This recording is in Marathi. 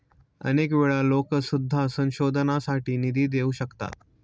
अनेक वेळा लोकं सुद्धा संशोधनासाठी निधी देऊ शकतात